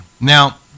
now